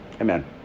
Amen